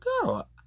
girl